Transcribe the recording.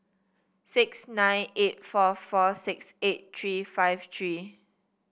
six nine eight four four six eight three five three